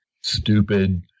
stupid